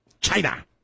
China